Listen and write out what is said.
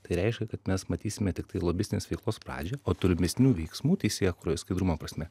tai reiškia kad mes matysime tiktai lobistinės veiklos pradžią o tolimesnių veiksmų teisėkūroje skaidrumo prasme